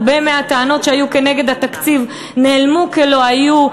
הרבה מהטענות שהיו נגד התקציב נעלמו כלא היו.